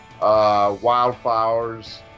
Wildflowers